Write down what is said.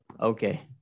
Okay